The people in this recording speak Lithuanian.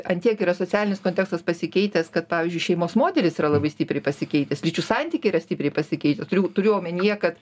ant tiek yra socialinis kontekstas pasikeitęs kad pavyzdžiui šeimos modelis yra labai stipriai pasikeitęs lyčių santykiai yra stipriai pasikeitę turiu turiu omenyje kad